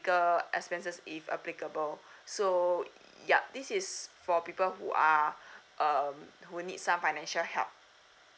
expenses if applicable so yup this is for people who are um who need some financial help